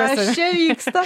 kas čia vyksta